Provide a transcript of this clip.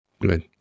Good